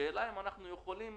השאלה היא אם אנחנו יכולים